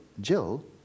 Jill